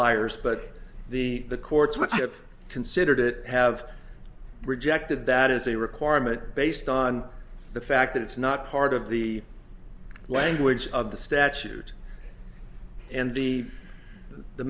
liers but the the courts much of considered it have rejected that as a requirement based on the fact that it's not part of the language of the statute and the the